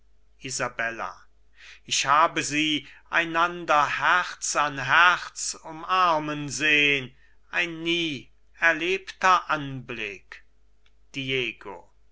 ich habe sie einander herz an herz umarmen sehn ein nie erlebter anblick